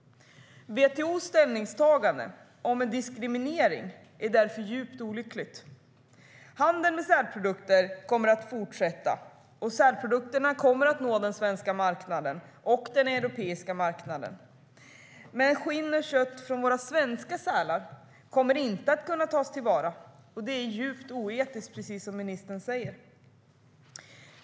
WTO:s ställningstagande om diskriminering är därför djupt olyckligt. Handeln med sälprodukter kommer att fortsätta, och sälprodukterna kommer att nå den svenska och den europeiska marknaden. Men skinn och kött från våra svenska sälar kommer inte att kunna tas till vara. Det är djupt oetiskt, precis som ministern säger.